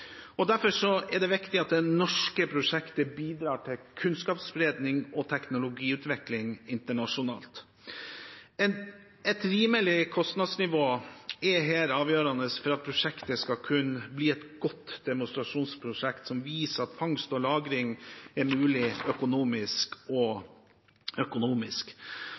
er det viktig at det norske prosjektet bidrar til kunnskapsspredning og teknologiutvikling internasjonalt. Et rimelig kostnadsnivå er her avgjørende for at prosjektet skal kunne bli et godt demonstrasjonsprosjekt som viser at fangst og lagring er mulig økonomisk.